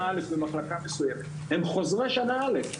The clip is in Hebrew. א' במחלקה מסוימת הם חוזרי שנה א',